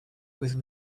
with